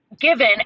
given